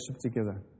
together